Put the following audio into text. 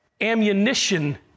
ammunition